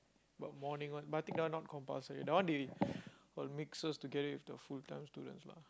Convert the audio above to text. but morning one but I think that one not compulsory that one they got mix us together with the full time students lah